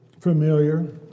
familiar